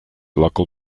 local